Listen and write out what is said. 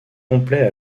complet